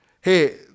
hey